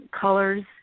Colors